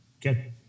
get